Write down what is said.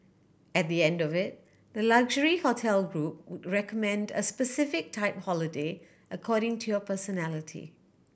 at the end of it the luxury hotel group would recommend a specific type holiday according to your personality